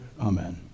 Amen